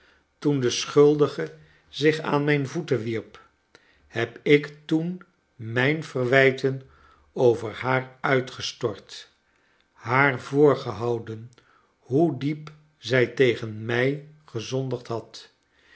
toen de schuldige zich aan mijn voeten wierp heb ik toen m ij n verwijten over haar uitgestort haar voorgehouden hoe diep zij tegen mij gezondigd had